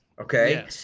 Okay